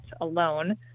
alone